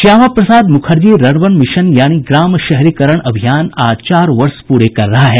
Shyama Prasad Mukherjee rurban mission यानी ग्राम शहरीकरण अभियान आज चार वर्ष पूरे कर रहा है